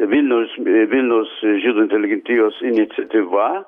vilniaus vilniaus žydų inteligentijos iniciatyva